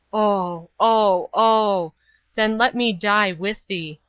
oh! oh oh then let me die with thee.